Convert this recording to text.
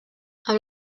amb